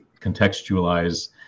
contextualize